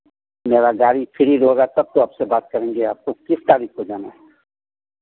मेरा गाड़ी फ्री होगा तब तो आपसे बात करेंगे आपको किस तारीख को जाना है